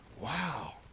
wow